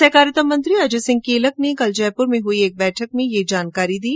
सहकारिता मंत्री अजय सिंह किलक ने कल जयपुर में हुई एक बैठक में ये जानकारी दी